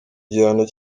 igihano